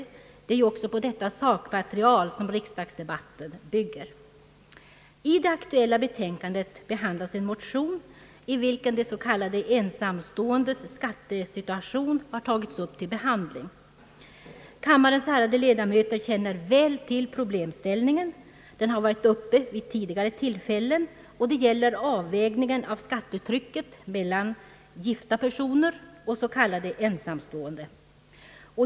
Det är ju på detta sakmaterial som riksdagsdebatten bygger. I det aktuella betänkandet behandlas en motion i vilken de s.k. ensamståendes skattesituation tas upp. Kammarens ärade ledamöter känner väl till problemställningen. Den har varit uppe vid tidigare tillfällen och gäller avvägningen av skattetrycket mellan gifta personer och s.k. ensamstående.